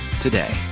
today